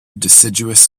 deciduous